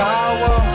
Power